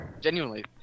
genuinely